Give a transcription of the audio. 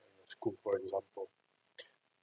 school for example